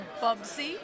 Bubsy